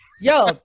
Yo